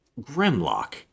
Grimlock